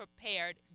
prepared